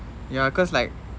ya cause like